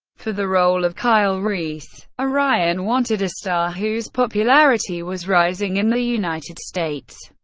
for the role of kyle reese, orion wanted a star whose popularity was rising in the united states,